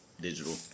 Digital